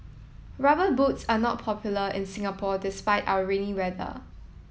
rubber boots are not popular in Singapore despite our rainy weather